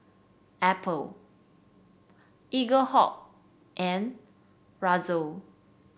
Apple Eaglehawk and Razer